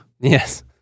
Yes